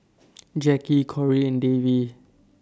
Jacki Cori and Davie